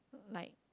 like